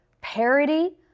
parody